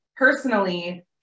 personally